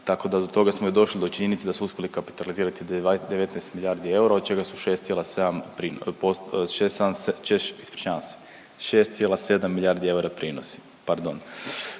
tako da to toga smo i došli do činjenice da su uspjeli kapitalizirati 19 milijardi eura od čega su 6,7, ispričavam se